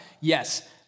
Yes